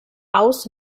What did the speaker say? aus